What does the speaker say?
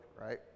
right